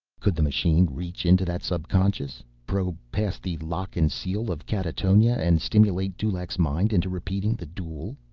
could the machine reach into that subconscious, probe past the lock and seal of catatonia, and stimulate dulaq's mind into repeating the duel?